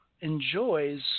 enjoys